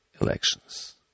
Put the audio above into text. elections